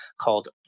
called